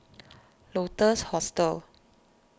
Lotus Hostel